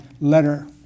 letter